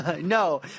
No